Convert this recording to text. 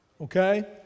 Okay